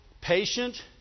patient